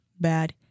bad